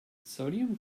sodium